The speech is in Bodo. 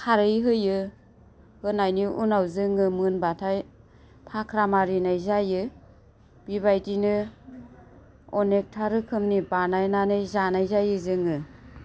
खारै होयो होनायनि उनाव जोङो मोनबाथाय फाख्रा मारिनाय जायो बेबायदिनो अनेखथा रोखोमनि बानायनानै जानाय जायो जोङो